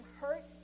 hurt